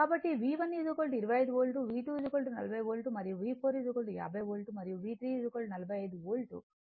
కాబట్టి V1 25 volt V2 40 volt మరియు V4 50 volt మరియు V3 45 వోల్ట్